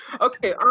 Okay